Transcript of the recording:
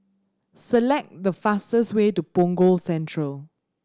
select the fastest way to Punggol Central